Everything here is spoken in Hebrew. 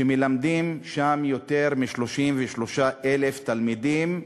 שמלמדים שם יותר מ-33,000 תלמידים,